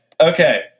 okay